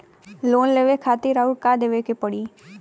Loan लेवे खातिर अउर का देवे के पड़ी?